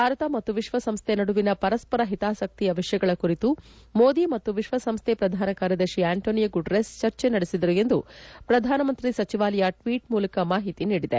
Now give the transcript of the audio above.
ಭಾರತ ಮತ್ತು ವಿಶ್ವಸಂಸ್ಥೆ ನಡುವಿನ ಪರಸ್ಪರ ಹಿತಾಸಕ್ತಿಯ ವಿಷಯಗಳ ಕುರಿತು ಮೋದಿ ಮತ್ತು ವಿಶ್ವಸಂಸ್ಥೆ ಪ್ರಧಾನ ಕಾರ್ಯದರ್ಶಿ ಅಂಟೊನಿಯೊ ಗುಟಾರೆಸ್ ಚರ್ಚೆ ನಡೆಸಿದರು ಎಂದು ಪ್ರಧಾನಮಂತ್ರಿ ಸಚಿವಾಲಯ ಟ್ವೀಟ್ ಮೂಲಕ ಮಾಹಿತಿ ನೀಡಿದೆ